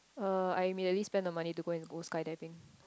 uh I immediately spend the money to go and go sky diving